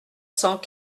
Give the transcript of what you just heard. cents